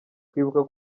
kwibuka